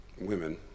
women